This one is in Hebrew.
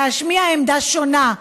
להשמיע עמדה שונה,